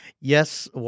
yes